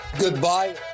Goodbye